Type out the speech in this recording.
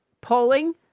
Polling